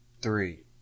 three